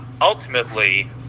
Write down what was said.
ultimately